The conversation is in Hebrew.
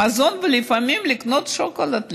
למזון ולפעמים לקנות שוקולד לילדים.